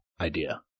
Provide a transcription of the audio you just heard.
idea